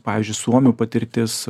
pavyzdžiui suomių patirtis